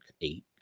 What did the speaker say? eight